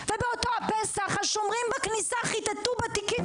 ובאותו הפסח השומרים בכניסה חיטטו בתיקים